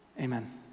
Amen